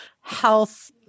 health